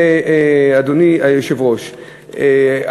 אדוני היושב-ראש,